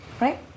right